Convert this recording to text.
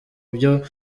byo